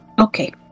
Okay